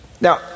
Now